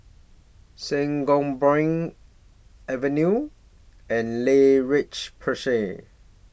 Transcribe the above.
Sangobion Avene and La Roche Porsay